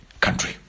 country